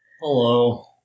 Hello